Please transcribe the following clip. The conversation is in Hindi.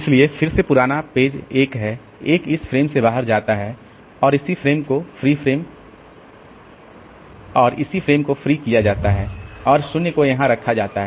इसलिए फिर से सबसे पुराना पेज 1 है 1 इस फ्रेम से बाहर जाता है और इसी फ्रेम को फ्री किया जाता है और 0 को यहां रखा जाता है